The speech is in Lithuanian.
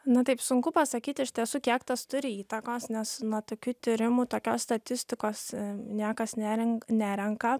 na taip sunku pasakyt iš tiesų kiek tas turi įtakos nes na tokių tyrimų tokios statistikos niekas nerenk nerenka